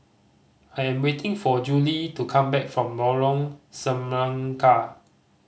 I am waiting for Juli to come back from Lorong Semangka